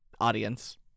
audience